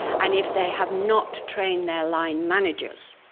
and if they have not trained their line managers,